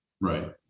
Right